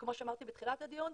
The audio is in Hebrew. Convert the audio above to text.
כמו שאמרתי בתחילת הדיון,